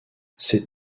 ces